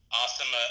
awesome